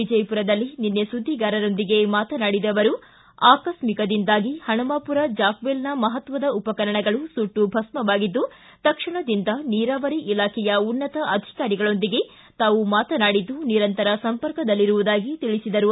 ವಿಜಯಪುರದಲ್ಲಿ ನಿನ್ನೆ ಸುದ್ದಿಗಾರರೊಂದಿಗೆ ಮಾತನಾಡಿದ ಅವರು ಬೆಂಕಿ ಆಕಸ್ಮಿಕದಿಂದಾಗಿ ಪಣಮಾಪುರ ಜಾಕವೆಲ್ನ ಮಹತ್ವದ ಉಪಕರಣಗಳು ಸುಟ್ಟು ಭಸ್ಮವಾಗಿದ್ದು ತಕ್ಷಣದಿಂದ ನೀರಾವರಿ ಇಲಾಖೆಯ ಉನ್ನತ ಅಧಿಕಾರಿಗಳೊಂದಿಗೆ ತಾವು ಮಾತನಾಡಿದ್ದು ನಿರಂತರ ಸಂಪರ್ಕದಲ್ಲಿರುವುದಾಗಿ ತಿಳಿಸಿದರು